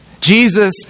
Jesus